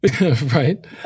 Right